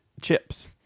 chips